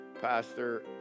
pastor